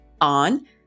on